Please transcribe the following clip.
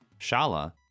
Shala